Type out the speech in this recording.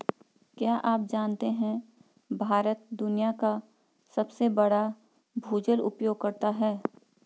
क्या आप जानते है भारत दुनिया का सबसे बड़ा भूजल उपयोगकर्ता है?